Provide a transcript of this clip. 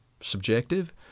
subjective